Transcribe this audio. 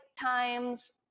times